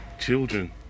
children